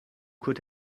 could